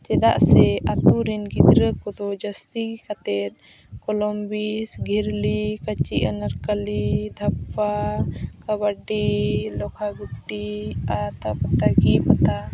ᱪᱮᱫᱟᱜ ᱥᱮ ᱟᱛᱳᱨᱮᱱ ᱜᱤᱫᱽᱨᱟᱹ ᱠᱚᱫᱚ ᱡᱟᱹᱥᱛᱤ ᱠᱟᱛᱮ ᱠᱚᱞᱚᱢᱵᱤᱥ ᱜᱮᱞᱞᱤ ᱠᱟᱪᱤ ᱟᱸᱜᱟᱨ ᱠᱟᱞᱤ ᱫᱷᱟᱯᱯᱟ ᱠᱟᱵᱟᱰᱤ ᱞᱚᱠᱷᱟ ᱜᱩᱴᱤ ᱟᱨ ᱟᱛᱟᱯᱟᱛᱟ ᱠᱤ ᱯᱟᱛᱟ